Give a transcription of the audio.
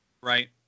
Right